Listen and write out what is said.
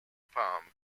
palm